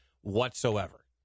whatsoever